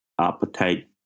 appetite